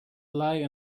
lie